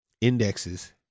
indexes